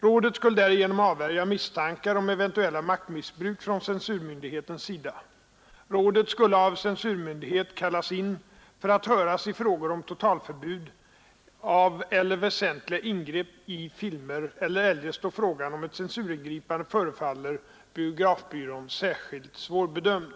Rådet skulle därigenom avvärja misstankar om eventuellt maktmissbruk från censurmyndighetens sida. Rådet skulle av censurmyndigheten kallas in för att höras i frågor om totalförbud av eller väsentliga ingrepp i filmer eller eljest då frågan om ett censuringripande förefaller biografbyrån särskilt svårbedömd.